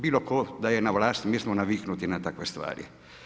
Bilo tko da je na vlasti mi smo naviknuti na takve stvari.